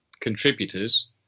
contributors